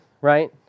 right